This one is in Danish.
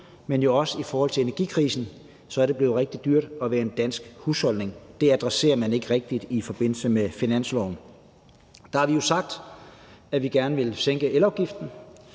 det er også på grund af energikrisen blevet rigtig dyrt at være en dansk husholdning. Det adresserer man ikke rigtig i forbindelse med finansloven. Vi har jo sagt, at vi gerne vil sænke elafgiften.